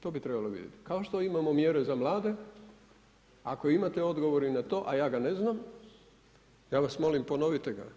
To bi trebalo vidjeti kao što imamo mjere za mlade, ako imate odgovor i na to a ja ga ne znam ja vas molim ponovite ga.